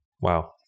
Wow